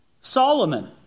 Solomon